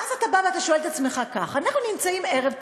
ואז אתה בא ושואל את עצמך כך: אנחנו נמצאים ערב תקציב,